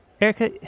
Erica